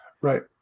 Right